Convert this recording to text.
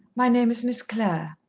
my name is miss clare.